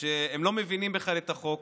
כשהם לא מבינים בכלל את החוק,